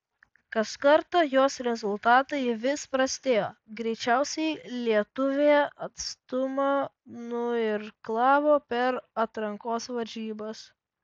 kas kartą jos rezultatai vis prastėjo greičiausiai lietuvė atstumą nuirklavo per atrankos varžybas